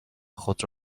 خود